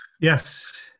Yes